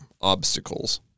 obstacles